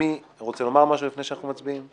מי רוצה לומר משהו לפני שאנחנו מצביעים?